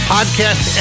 Podcast